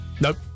Nope